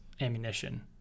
ammunition